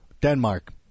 Denmark